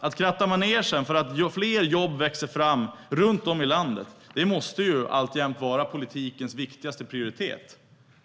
Att kratta manegen, att få fler jobb att växa fram runt om i landet, måste alltjämt vara politikens viktigaste prioritet.